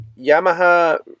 Yamaha